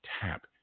tap